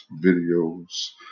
videos